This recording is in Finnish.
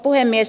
puhemies